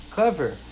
Clever